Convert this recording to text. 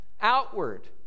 outward